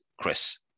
Chris